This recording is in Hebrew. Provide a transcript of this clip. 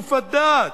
בטירוף הדעת,